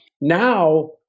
Now